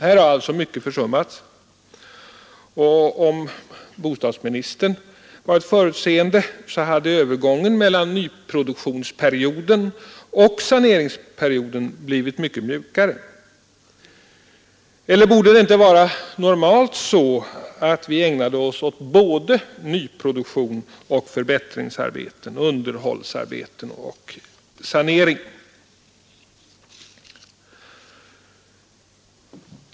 Här har alltså mycket försummats. Om bostadsministern varit förutseende, hade övergången mellan nyproduktionsperioden och saneringsperioden blivit mycket mjukare. Eller borde det inte vara så att vi normalt ägnar oss åt både nyproduktion och förbättringsarbeten, underhållsarbeten och sanering?